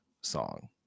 song